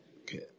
Okay